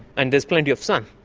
and there's plenty of sun.